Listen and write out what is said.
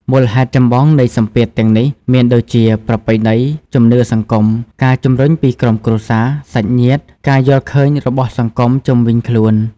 មូលហេតុចម្បងនៃសម្ពាធទាំងនេះមានដូចជា ប្រពៃណី ជំនឿសង្គម ការជំរុញពីក្រុមគ្រួសារ សាច់ញាតិ ការយល់ឃើញរបស់សង្គមជុំវិញខ្លួន ។